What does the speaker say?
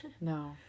no